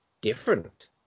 different